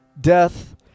death